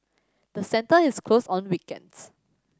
the centre is closed on weekends